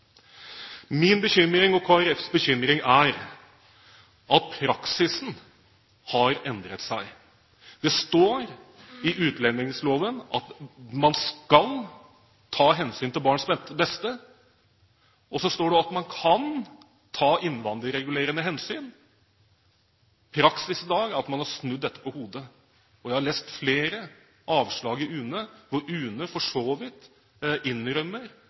Min og Kristelig Folkepartis bekymring er at praksisen har endret seg. Det står i utlendingsloven at man skal ta hensyn til barns beste, og så står det at man kan ta innvandringsregulerende hensyn. Praksis i dag er at man har snudd dette på hodet. Jeg har lest flere avslag fra UNE hvor UNE for så vidt innrømmer